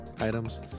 items